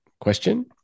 question